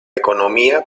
economía